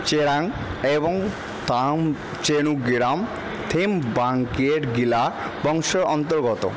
চেরাং এবং তামচেনু গেরাম থেমবাংঙ্কের গিলা বংশের অন্তর্গত